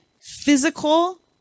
physical